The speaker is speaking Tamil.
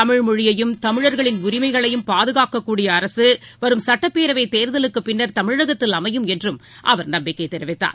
தமிழ்மொழியையும் தமிழர்களின் உரிமைகளையும் பாதுகாக்கக்கூடியஅரசுவரும் சட்டப்பேரவைத் தேர்தலுக்குப்பின்னர் தமிழகத்தில் அமையும் என்றும் அவர் நம்பிக்கைதெரிவித்தார்